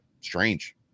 Strange